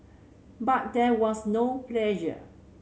but there was no pressure